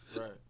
Right